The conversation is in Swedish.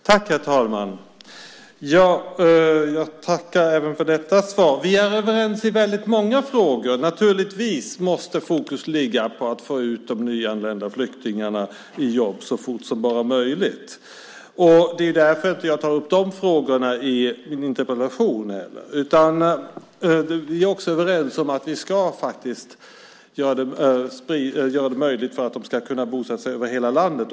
Herr talman! Jag tackar även för detta svar. Vi är överens i väldigt många frågor. Fokus måste naturligtvis ligga på att få ut de nyanlända flyktingarna i jobb så fort som bara är möjligt. Det är därför jag inte tar upp de frågorna i min interpellation. Vi är också överens om att vi ska göra det möjligt för människor att bosätta sig i hela landet.